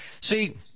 See